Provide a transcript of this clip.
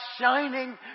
shining